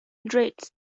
dreads